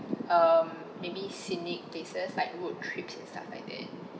um maybe scenic places like wood trips and stuff like that